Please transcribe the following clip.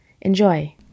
Enjoy